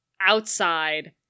outside